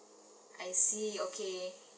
I see okay